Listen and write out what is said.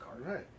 Right